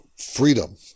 Freedom